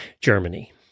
Germany